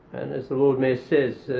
as the lord mayor says,